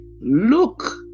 look